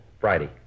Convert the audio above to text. Friday